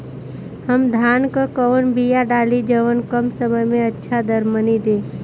हम धान क कवन बिया डाली जवन कम समय में अच्छा दरमनी दे?